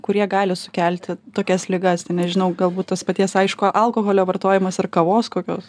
kurie gali sukelti tokias ligas ten nežinau galbūt tas paties aišku alkoholio vartojimas ar kavos kokios